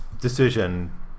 decision